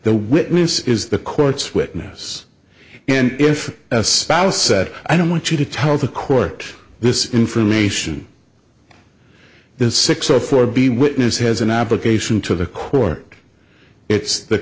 the witness is the court's witness and if a spouse said i don't want you to tell the court this information this six o four b witness has an application to the core it's the